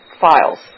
files